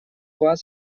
вас